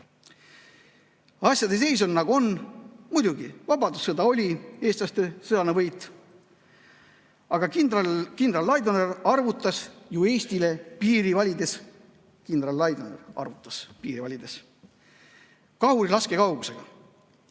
Asjade seis on, nagu on. Muidugi, vabadussõda oli eestlaste sõjaline võit, aga kindral Laidoner arvutas ju Eestile piiri valides – kindral Laidoner arvutas piiri valides! – kahuri laskekaugusega.